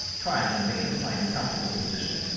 trying in vain to find a comfortable position.